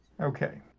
Okay